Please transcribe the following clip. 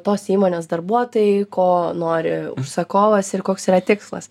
tos įmonės darbuotojai ko nori užsakovas ir koks yra tikslas